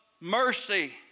mercy